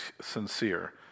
sincere